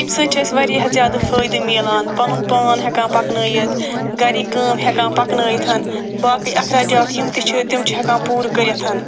اَمہِ سۭتۍ چھِ اَسہِ واریاہ زیادٕ فٲیدٕ مِلان پَنُن پان ہٮ۪کان پَکنٲیِتھ گَرِکۍ کٲم ہٮ۪کان پَکنٲیِتھ باقٕے اَخراجات یِم تہِ چھِ تِم چھِ ہٮ۪کان پوٗرٕ کٔرِتھ